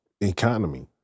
economy